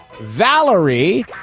Valerie